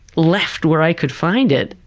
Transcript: left where i could find it.